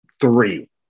three